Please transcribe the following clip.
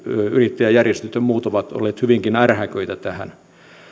yrittäjäjärjestöt ja muut ovat olleet hyvinkin ärhäköitä tässä